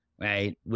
right